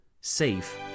safe